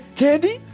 candy